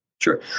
Sure